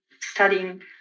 studying